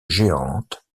géante